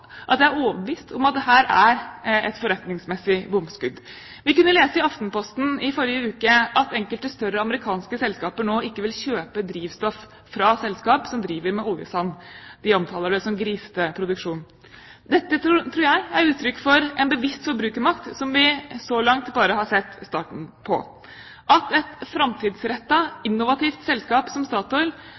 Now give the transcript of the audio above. at jeg er overbevist om at dette er et forretningsmessig bomskudd. Vi kunne lese i Aftenposten i forrige uke at enkelte større amerikanske selskaper nå ikke vil kjøpe drivstoff fra selskaper som driver med oljesand. De omtaler det som «grisete» produksjon. Dette tror jeg er uttrykk for en bevisst forbrukermakt som vi så langt bare har sett starten på. At et framtidsrettet, innovativt selskap som Statoil